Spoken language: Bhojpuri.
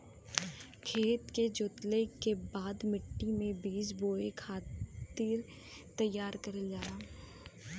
खेत के जोतले के बाद मट्टी मे बीज बोए खातिर तईयार करल जाला